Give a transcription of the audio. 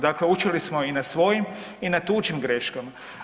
Dakle učili smo i na svojim i na tuđim greškama.